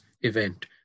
event